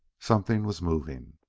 something was moving!